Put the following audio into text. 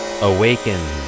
Awaken